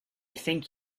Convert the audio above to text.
think